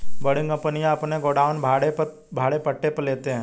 बड़ी कंपनियां अपने गोडाउन भाड़े पट्टे पर लेते हैं